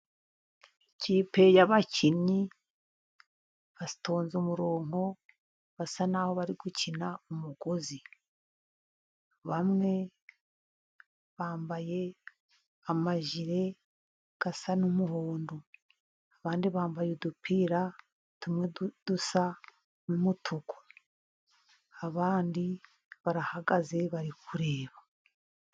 Ikipe y'abakinnyi batonze umurongo, basa n'aho bari gukina umugozi. Bamwe bambaye amajire asa n'umuhondo. Abandi bambaye udupira tumwe dusa n'umutuku. Abandi barahagaze, bari kureba.